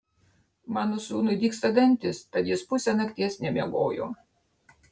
mano sūnui dygsta dantys tad jis pusę nakties nemiegojo